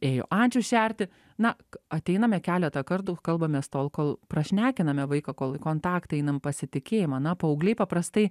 ėjo ančių šerti na ateiname keletą kartų kalbamės tol kol prašnekiname vaiką kol į kontaktą einam pasitikėjimą na paaugliai paprastai